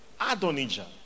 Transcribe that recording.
Adonijah